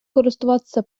користуватися